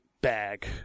bag